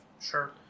sure